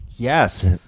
Yes